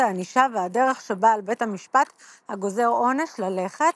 הענישה והדרך שבה על בית המשפט הגוזר עונש ללכת,